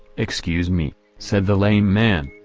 excuse me, said the lame man,